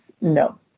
no